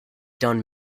done